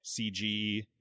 cg